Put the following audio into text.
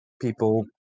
people